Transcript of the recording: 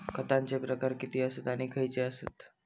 खतांचे प्रकार किती आसत आणि खैचे आसत?